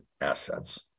assets